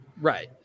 Right